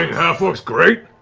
half-orc's great?